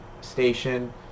station